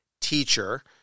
teacher